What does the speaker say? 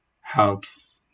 helps